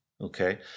Okay